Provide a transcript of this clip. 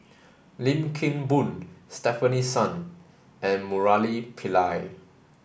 Lim Kim Boon Stefanie Sun and Murali Pillai